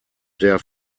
der